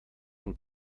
von